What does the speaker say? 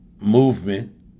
movement